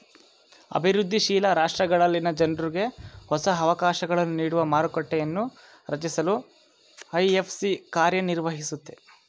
ಅಭಿವೃದ್ಧಿ ಶೀಲ ರಾಷ್ಟ್ರಗಳಲ್ಲಿನ ಜನ್ರುಗೆ ಹೊಸ ಅವಕಾಶಗಳನ್ನು ನೀಡುವ ಮಾರುಕಟ್ಟೆಯನ್ನೂ ರಚಿಸಲು ಐ.ಎಫ್.ಸಿ ಕಾರ್ಯನಿರ್ವಹಿಸುತ್ತೆ